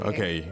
Okay